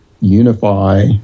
unify